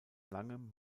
langem